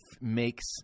makes